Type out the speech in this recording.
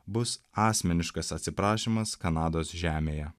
bus asmeniškas atsiprašymas kanados žemėje